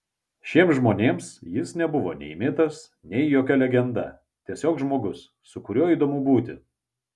šiems žmonėms jis nebuvo nei mitas nei jokia legenda tiesiog žmogus su kuriuo įdomu būti